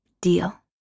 deal